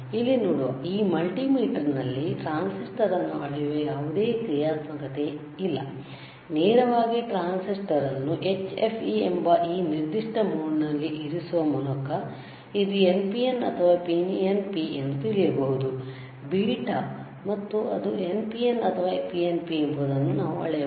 ಇಲ್ಲಿ ನೋಡುವ ಈ ಮಲ್ಟಿಮೀಟರ್ನಲ್ಲಿ ಟ್ರಾನ್ಸಿಸ್ಟರ್ ಅನ್ನು ಅಳೆಯುವ ಯಾವುದೇ ಕ್ರಿಯಾತ್ಮಕತೆಯಿಲ್ಲ ನೇರವಾಗಿ ಟ್ರಾನ್ಸಿಸ್ಟರ್ ಅನ್ನು HFE ಎಂಬ ಈ ನಿರ್ದಿಷ್ಟ ಮೋಡ್ನಲ್ಲಿ ಇರಿಸುವ ಮೂಲಕ ಇದು NPN ಅಥವಾ PNP ಎಂದು ತಿಳಿಯಬಹುದು ಬೀಟಾ ಮತ್ತು ಅದು NPN ಅಥವಾ PNP ಎಂಬುದನ್ನು ನಾವು ಅಳೆಯಬಹುದು